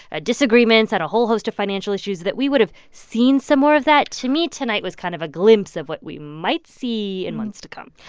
ah disagreements on a whole host of financial issues that we would have seen some more of that. to me, tonight was kind of a glimpse of what we might see in months to come.